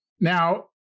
Now